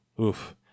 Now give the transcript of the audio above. Oof